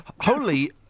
Holy